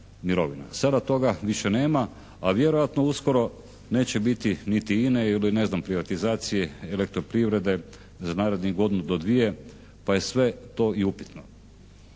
Sada toga više nema, a vjerojatno uskoro neće biti niti INA-e ili ne znam privatizacije Elektroprivrede za narednih godinu do dvije pa je sve to i upitno.